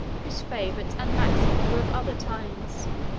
whose favorites and maxims were of other times.